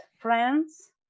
friends